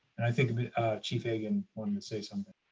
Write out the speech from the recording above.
and i think chief hagan wanted to say something.